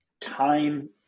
time